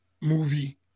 movie